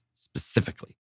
Specifically